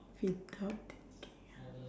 without thinking ah